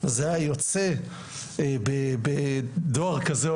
זה היה יוצא בדואר כזה,